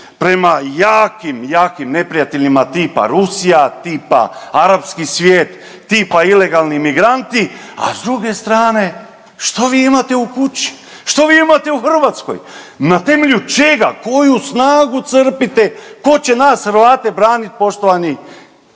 prema jakim, jakim neprijateljima tipa Rusija, tipa arapski svijet, tipa ilegalni migranti a s druge strane što vi imate u kući, što vi imate u Hrvatskoj? Na temelju čega, koju snagu crpite, tko će nas Hrvate braniti poštovani